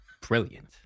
Brilliant